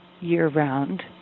year-round